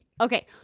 Okay